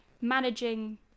managing